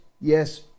Yes